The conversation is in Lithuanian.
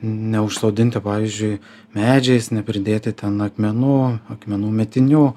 neužsodinti pavyzdžiui medžiais nepridėti ten akmenų akmenų mėtinių